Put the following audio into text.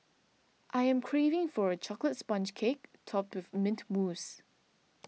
I am craving for a chocolates sponge cake topped with Mint Mousse